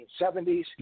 1970s